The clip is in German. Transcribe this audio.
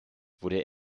wurde